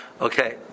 Okay